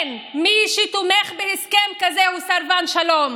כן, מי שתומך בהסכם כזה הוא סרבן שלום.